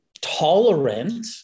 tolerant